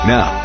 Now